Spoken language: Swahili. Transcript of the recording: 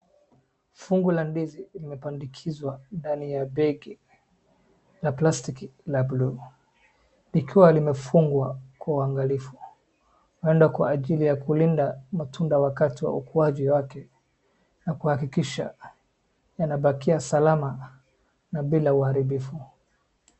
Fungu la ndizi limepandikizwa ndani ya begi la plastiki la buluu likiwa limefungwa kwa uangalifu. Huenda kwa ajili ya kulinda matunda wakati wa ukwaju wake na kuhakikisha yanabakia salama na bila uharibifu.